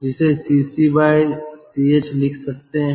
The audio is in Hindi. जिसे Cc Ch लिख सकते हैं